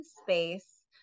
space